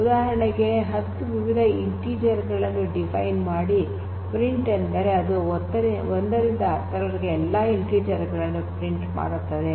ಉದಾಹರಣೆಗೆ 10 ವಿವಿಧ ಇಂಟಿಜರ್ ಗಳನ್ನು ಡಿಫೈನ್ ಮಾಡಿ ಪ್ರಿಂಟ್ ಎಂದರೆ ಅದು ಒಂದರಿಂದ ಹತ್ತರವರೆಗಿನ ಎಲ್ಲಾ ಇಂಟಿಜರ್ ಗಳನ್ನು ಪ್ರಿಂಟ್ ಮಾಡುತ್ತದೆ